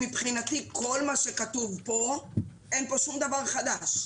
מבחינתי, כל מה שכתוב פה, אין פה שום דבר חדש.